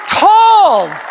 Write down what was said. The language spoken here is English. called